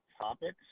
topics